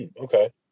Okay